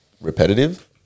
repetitive